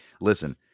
listen